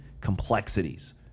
complexities